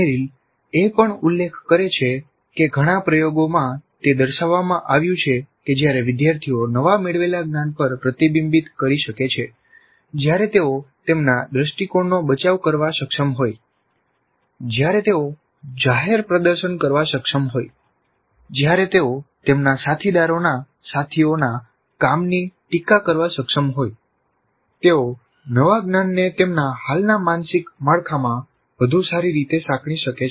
Merrill એ પણ ઉલ્લેખ કરે છે કે ઘણા પ્રયોગોમાં તે દર્શાવવામાં આવ્યું છે કે જ્યારે વિદ્યાર્થીઓ નવા મેળવેલા જ્ઞાન પર પ્રતિબિંબિત કરી શકે છે જ્યારે તેઓ તેમના દૃષ્ટિકોણનો બચાવ કરવા સક્ષમ હોય જ્યારે તેઓ જાહેર પ્રદર્શન કરવા સક્ષમ હોય જ્યારે તેઓ તેમના સાથીદારોના સાથીઓના કામની ટીકા કરવા સક્ષમ હોય તેઓ નવા જ્ઞાનને તેમના હાલના માનસિક માળખામાં વધુ સારી રીતે સાંકળી શકે છે